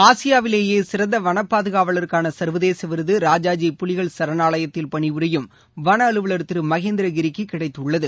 ஆசியாவிலேயே சிறந்த வனப் பாதுகாவலருக்கான சர்வதேச விருது ராஜாஜி புலிகள் சரணாலயத்தில் பணிபுரியும் வன அலுவலர் திரு மகேந்திர கிரிக்கு கிடைத்துள்ளது